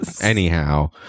Anyhow